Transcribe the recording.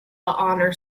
honor